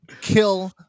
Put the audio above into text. kill